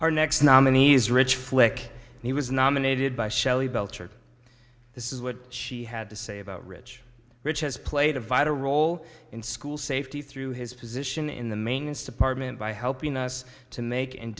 our next nominee is rich flick he was nominated by shelley belcher this is what she had to say about rich rich has played a vital role in school safety through his position in the mains to parliament by helping us to make and